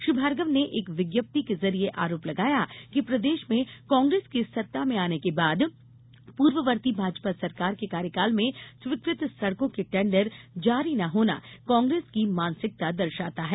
श्री भार्गव ने एक विज्ञप्ति के जरिए आरोप लगाया कि प्रदेश में कांग्रेस के सत्ता में आने के बाद पूर्ववर्ती भाजपा सरकार के कार्यकाल में स्वीकृत सड़कों के टेंडर जारी न होना कांग्रेस की मानसिकता दर्शाता है